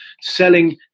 selling